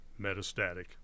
Metastatic